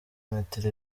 metero